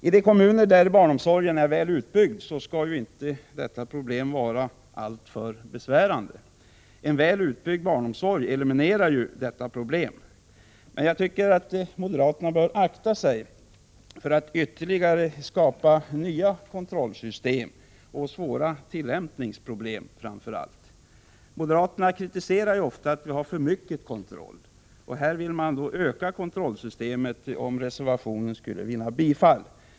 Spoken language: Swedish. I de kommuner där barnomsorgen är väl utbyggd skall inte detta problem vara alltför besvärande. En väl utbyggd barnomsorg eliminerar ju detta problem. Men jag tycker att moderaterna bör akta sig för att skapa nya kontrollsystem och framför allt svåra tillämpningsproblem. Moderaterna kritiserar ju ofta att vi har för mycket kontroll, och här vill de själva öka kontrollen. Det blir ju fallet om reservationen vinner kammarens bifall.